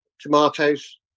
tomatoes